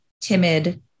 timid